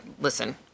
listen